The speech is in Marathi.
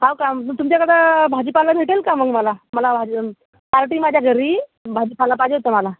हो का मग तुमच्याकडं भाजीपाला भेटेल का मग मला मला पार्टी आहे माझ्या घरी भाजीपाला पाहिजे होता मला